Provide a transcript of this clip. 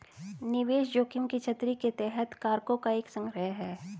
निवेश जोखिम की छतरी के तहत कारकों का एक संग्रह है